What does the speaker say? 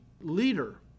leader